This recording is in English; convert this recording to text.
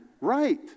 right